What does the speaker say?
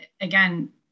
again